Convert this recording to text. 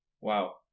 wow